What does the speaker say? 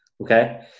Okay